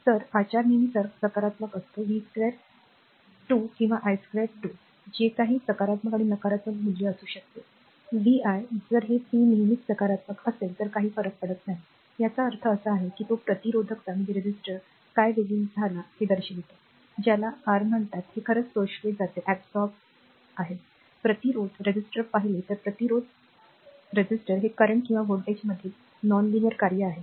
तर आचार नेहमी सकारात्मक असतो v2 2 किंवा i2 2 जे काही सकारात्मक किंवा नकारात्मक मूल्य असू शकते vi जर हे p नेहमीच सकारात्मक असेल तर काही फरक पडत नाही याचा अर्थ असा आहे की तो प्रतिरोधकात काय विलीन झाला हे दर्शविते ज्याला r म्हणतात ते खरंच शोषले जातेप्रतिरोधक पाहिले तर प्रतिरोधक हे करंट किंवा व्होल्टेज मधील नॉन रेषीय कार्य आहे